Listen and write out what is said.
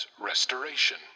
restoration